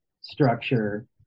structure